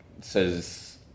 says